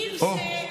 אוה.